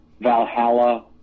Valhalla